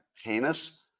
heinous